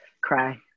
cry